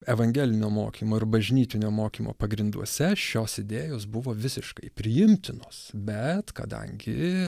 evangelinio mokymo ir bažnytinio mokymo pagrinduose šios idėjos buvo visiškai priimtinos bet kadangi